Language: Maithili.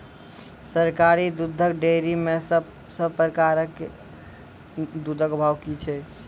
सरकारी दुग्धक डेयरी मे सब प्रकारक दूधक भाव की छै?